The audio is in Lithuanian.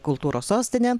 kultūros sostinė